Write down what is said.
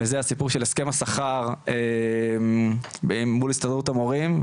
וזה הסיפור של הסכם השכר מול הסתדרות המורים,